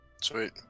Sweet